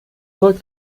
zeug